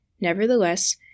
Nevertheless